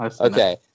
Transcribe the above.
Okay